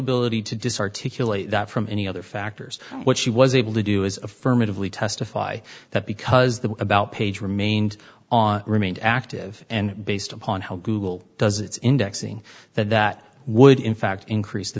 ability to disarticulated that from any other factors what she was able to do is affirmatively testify that because they were about page remained on remained active and based upon how google does its indexing that that would in fact increase the